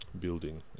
building